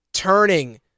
turning